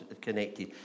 connected